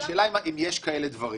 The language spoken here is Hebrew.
השאלה אם יש כאלה דברים,